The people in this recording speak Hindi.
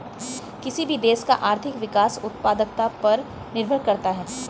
किसी भी देश का आर्थिक विकास उत्पादकता पर निर्भर करता हैं